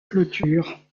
clôtures